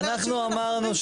זה אנחנו נגיד כרגע.